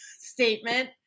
statement